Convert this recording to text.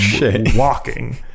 walking